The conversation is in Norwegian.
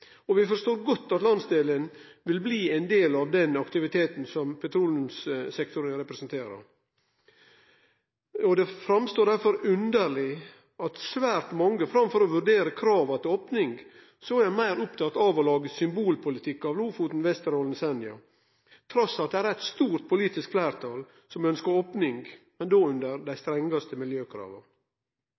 Vi forstår godt at landsdelen vil bli ein del av den aktiviteten som petroleumssektoren representerer. Det verkar derfor underleg for svært mange at framfor å vurdere krava til opning er ein meir opptatt av å lage symbolpolitikk av Lofoten, Vesterålen og Senja, trass i at det er eit stort politisk fleirtal som ønskjer opning, men då under dei strengaste miljøkrava.